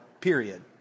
period